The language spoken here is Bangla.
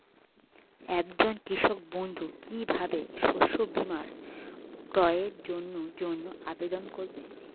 একজন কৃষক বন্ধু কিভাবে শস্য বীমার ক্রয়ের জন্যজন্য আবেদন করবে?